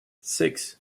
six